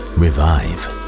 revive